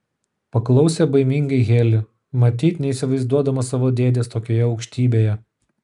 paklausė baimingai heli matyt neįsivaizduodama savo dėdės tokioje aukštybėje